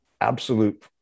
absolute